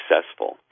successful